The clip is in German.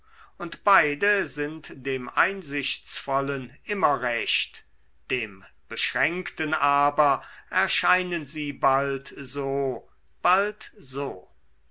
und beide sind dem einsichtsvollen immer recht dem beschränkten aber erscheinen sie bald so bald so